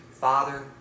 father